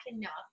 enough